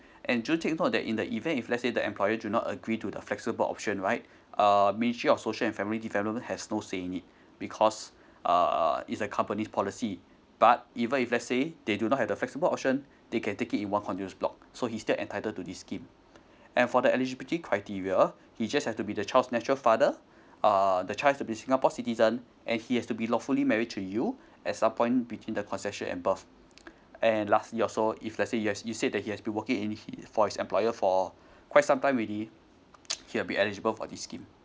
and do take not that in the event if lets say the employer do not agree to the flexible option right uh ministry of social and family development has no saying it because uh uh is a company policy but even if lets say they do not have the flexible option they can take it in one continuous block so he's still entitled to this scheme and for the eligibility criteria he just have to be the child's natural father uh the child has to be singapore citizen and he has to be lawfully married to you at some point between the conception and birth and lastly also if lets say you sa~ you said that he has been working in he for his employer for quite sometime already he will be eligible for this scheme